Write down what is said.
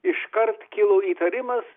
iškart kilo įtarimas